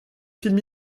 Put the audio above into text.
film